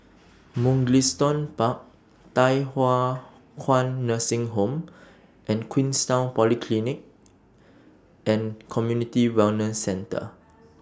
Mugliston Park Thye Hua Kwan Nursing Home and Queenstown Polyclinic and Community Wellness Centre